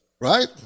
right